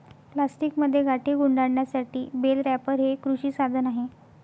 प्लास्टिकमध्ये गाठी गुंडाळण्यासाठी बेल रॅपर हे एक कृषी साधन आहे